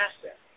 asset